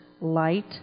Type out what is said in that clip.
light